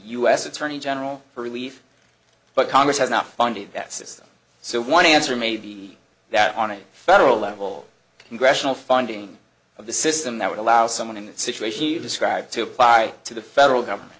s attorney general for relief but congress has not funded that system so one answer may be that on a federal level congressional funding of the system that would allow someone in that situation you describe to apply to the federal government